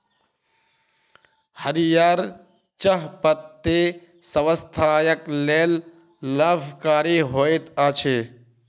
हरीयर चाह पत्ती स्वास्थ्यक लेल लाभकारी होइत अछि